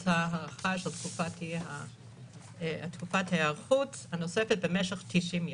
ההארכה של תקופת ההיערכות הנוספת במשך 90 יום.